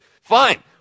Fine